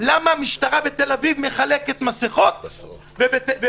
למה המשטרה בתל אביב מחלקת מסכות ובבית"ר,